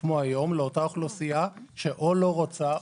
ותים שיסופקו באחריות המשרד או באמצעות שובר תשלום או